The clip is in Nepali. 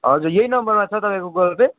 हजुर यही नम्बरमा छ तपाईँको गुगल पे